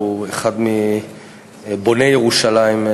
הוא אחד מבוני ירושלים,